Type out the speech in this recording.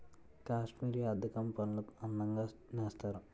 కాశ్మీరీ అద్దకం పనులు అందంగా నేస్తారు